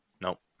Nope